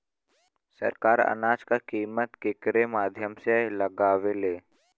सरकार अनाज क कीमत केकरे माध्यम से लगावे ले?